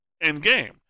in-game